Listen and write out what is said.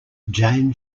jane